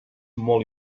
molt